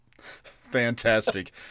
Fantastic